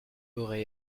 aurais